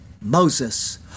Moses